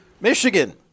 Michigan